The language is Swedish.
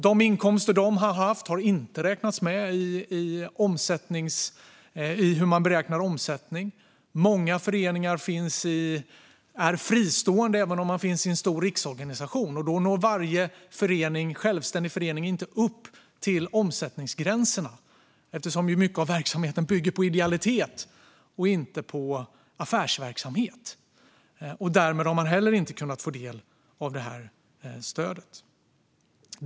De inkomster de hade haft har inte räknats med när man beräknar omsättningen. Många föreningar är fristående även om de finns i en stor riksorganisation. Då når varje självständig förening inte upp till omsättningsgränserna, eftersom mycket av verksamheten bygger på idealitet och inte på affärsverksamhet. Därmed har de heller inte kunnat få del av stödet.